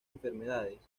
enfermedades